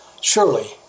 surely